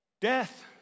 death